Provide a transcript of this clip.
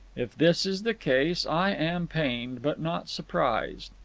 if this is the case, i am pained, but not surprised.